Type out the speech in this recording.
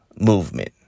movement